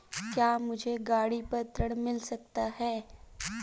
क्या मुझे गाड़ी पर ऋण मिल सकता है?